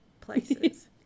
places